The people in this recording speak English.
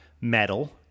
Metal